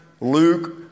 Luke